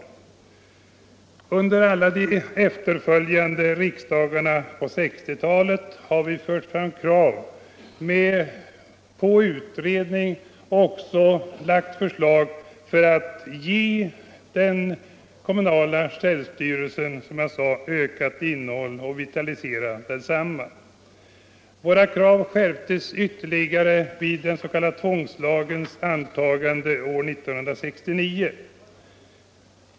Under alla efterföljande riksdagar på 1960-talet har vi fört fram krav på utredning och också föreslagit åtgärder för att ge den kommunala självstyrelsen ökat innehåll och vitalitet. Våra krav skärptes ytterligare vid tvångslagens tillkomst år 1969.